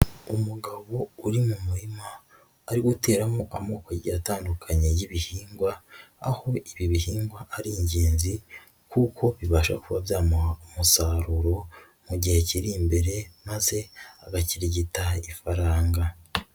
Umugabo uri mu murima ari guteramo amoko agiye atandukanye y'ibihingwa aho ibi bihingwa ari ingenzi kuko bibasha kuba byamuha umusaruro mu gihe kiri imbere maze agakirigita ifaranga.